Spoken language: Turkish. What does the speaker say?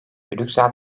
brüksel